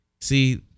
See